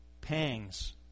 pangs